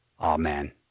Amen